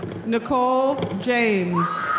nicole james.